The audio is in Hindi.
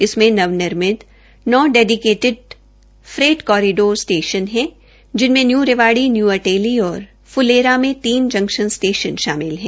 इसमें नव निर्मित नौ डेडिकेटिड फ्रेट कोरिडोर स्टेशन हैं जिनमें न्यू रेवाड़ी न्यू अटेली और फूलेरा में तीन जनक्शन स्टेशन शामिल है